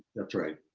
that's right.